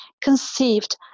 conceived